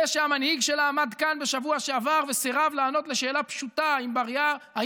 זה שהמנהיג שלה עמד כאן בשבוע שעבר וסירב לענות על שאלה פשוטה: האם